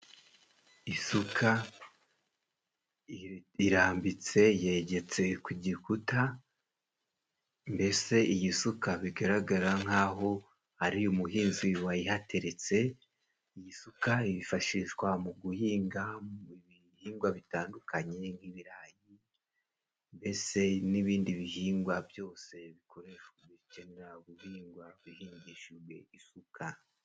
Isukara irambitse yegetse ku gikuta mbese iyi suka bigaragara nk'aho ari umuhinzi wayihateretse. Iyi suka yifashishwa mu guhinga mu bihingwa bitandukanye nk'ibirayi mbese n'ibindi bihingwa byose bikoreshwa, bikenera guhingwa bihingishijwe isuka.